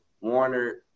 Warner